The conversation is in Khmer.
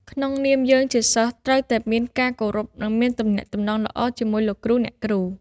ក្នុងនាមយើងជាសិស្សត្រូវតែមានការគោរពនិងមានទំនាក់ទំនងល្អជាមួយលោកគ្រូអ្នកគ្រូ។